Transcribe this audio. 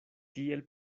tiel